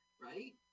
right